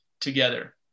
together